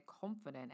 confident